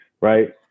Right